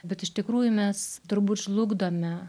bet iš tikrųjų mes turbūt žlugdome